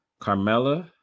Carmella